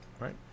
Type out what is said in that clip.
right